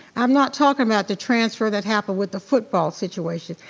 i'm not talking about the transfer that happened with the football situation,